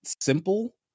simple